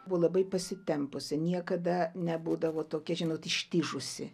buvo labai pasitempusi niekada nebūdavo tokia žinot ištižusi